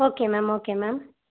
okay ma'am okay ma'am